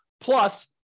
plus